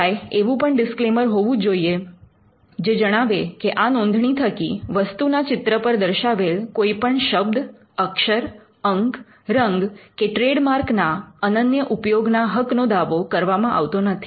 સિવાય એવું પણ ડીસ્ક્લેમર હોવું જોઈએ જે જણાવે કે આ નોંધણી થકી વસ્તુના ચિત્ર પર દર્શાવેલ કોઈપણ શબ્દ અક્ષર અંક રંગ કે ટ્રેડમાર્કના અનન્ય ઉપયોગના હક નો દાવો કરવામાં આવતો નથી